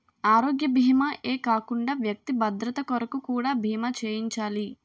ఆరోగ్య భీమా ఏ కాకుండా వ్యక్తి భద్రత కొరకు కూడా బీమా చేయించాలి